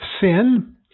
sin